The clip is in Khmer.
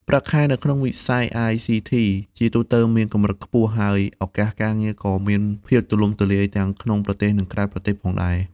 ប្រាក់ខែនៅក្នុងវិស័យ ICT ជាទូទៅមានកម្រិតខ្ពស់ ហើយឱកាសការងារក៏មានភាពទូលំទូលាយទាំងក្នុងប្រទេសនិងក្រៅប្រទេសផងដែរ។